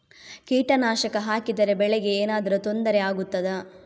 ಕೀಟನಾಶಕ ಹಾಕಿದರೆ ಬೆಳೆಗೆ ಏನಾದರೂ ತೊಂದರೆ ಆಗುತ್ತದಾ?